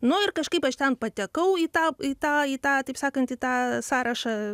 nu ir kažkaip aš ten patekau į tą tą į tą taip sakant į tą sąrašą